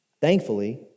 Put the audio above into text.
Thankfully